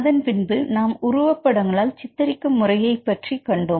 அதன்பின்பு நாம் உருவப் படங்களால் சித்தரிக்கும் முறையை பற்றி கண்டோம்